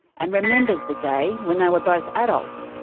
and remembers the day when they were both adults,